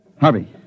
Harvey